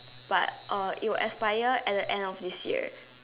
but uh you will expire at the end of this year